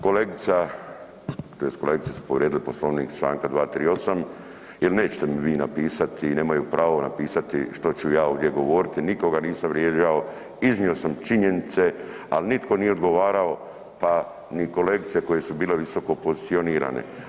Kolegica tj. kolegice su povrijedile Poslovnik čl. 238. jel nećete mi vi napisati, nemaju prvo napisati što ću ja ovdje govoriti, nikoga nisam vrijeđao, iznio sam činjenice, al nitko nije odgovarao, pa ni kolegice koje su bile visokopozicionirane.